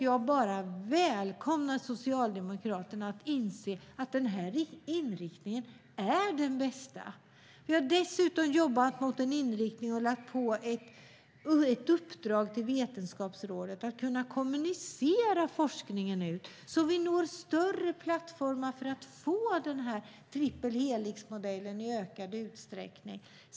Jag välkomnar att Socialdemokraterna inser att denna inriktning är den bästa. Vi har dessutom jobbat mot en inriktning och lagt ett uppdrag till Vetenskapsrådet för att kunna kommunicera forskningen så att vi når större plattformar för att få triple helix-modellen i ökad utsträckning.